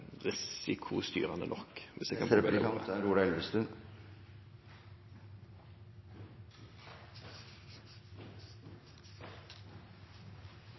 risikostyrende nok. Jeg er